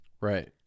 Right